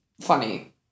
funny